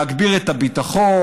להגביר את הביטחון,